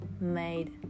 made